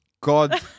God